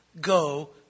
go